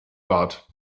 bart